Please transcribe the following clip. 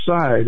side